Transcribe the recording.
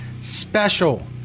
special